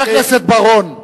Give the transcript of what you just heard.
חבר הכנסת בר-און,